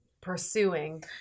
pursuing